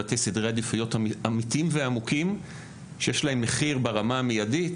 שמבטא סדרי עדיפויות אמיתיים ועמוקים שיש להם מחיר ברמה המיידית,